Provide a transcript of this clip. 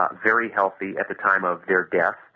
ah very healthy at the time of their death,